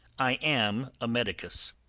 i am a medicus.